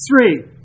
Three